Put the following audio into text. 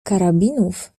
karabinów